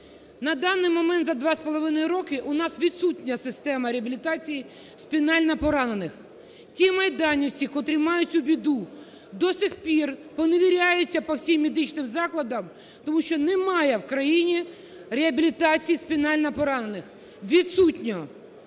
На даний момент за 2,5 роки у нас відсутня система реабілітації спінально поранених, ті майданівці, котрі мають цю біду, до цих пір поневіряються по всім медичним закладам, тому що немає в країні реабілітації спінально поранених, відсутньо,